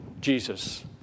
Jesus